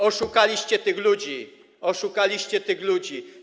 Oszukaliście tych ludzi, oszukaliście tych ludzi.